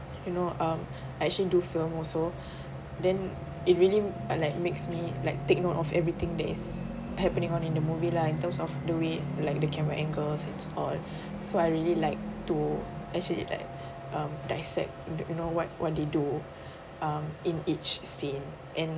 you know um I actually do film also then it really uh like makes me like take note of everything that is happening on in the movie lah in terms of the way like the camera angles and all so I really like to actually like um dissect the you know what what they do um in each scene and